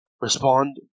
respond